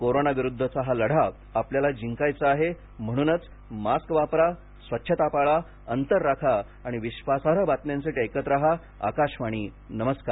corona विरुद्धचा हा लढा आपल्याला जिंकायचा आहे म्हणूनच मास्क वापरा स्वच्छता पाळा अंतर राखा आणि विश्वासार्ह बातम्यांसाठी ऐकत रहा आकाशवाणी नमस्कार